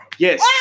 Yes